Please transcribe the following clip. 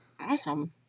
Awesome